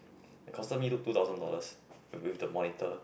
it costed me two thousand dollars with the monitor